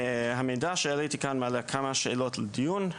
המידע שהעליתי כאן מעלה כמה שאלות לדיון.